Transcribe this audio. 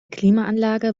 klimaanlage